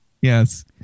Yes